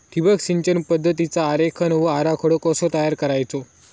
ठिबक सिंचन पद्धतीचा आरेखन व आराखडो कसो तयार करायचो?